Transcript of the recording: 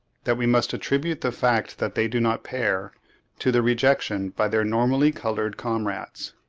that we must attribute the fact that they do not pair to their rejection by their normally coloured comrades.